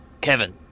Kevin